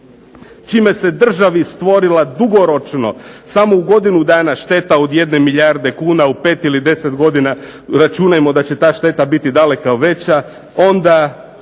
čime se državi stvorila dugoročno samo u godinu dana šteta od jedne milijarde kuna u 5 ili 10 godina, računajmo da će ta šteta biti daleko veća, onda